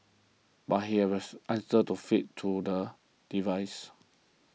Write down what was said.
but he answers to fed to the devices